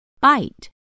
Bite